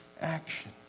action